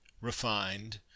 refined